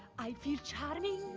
i feel charming,